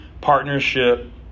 partnership